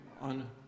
on